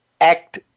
Act